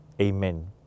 Amen